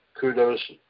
kudos